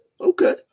okay